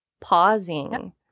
Pausing